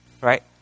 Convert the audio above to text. Right